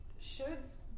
shoulds